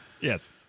Yes